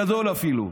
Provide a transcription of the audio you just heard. מבין גדול, אפילו,